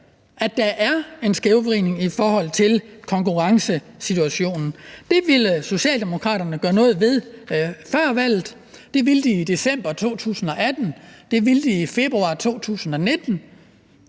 at der er en skævvridning i forhold til konkurrencesituationen. Det ville Socialdemokraterne gøre noget ved før valget, det ville de i december 2018, det ville de i februar 2019.